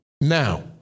now